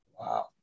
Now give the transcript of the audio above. Wow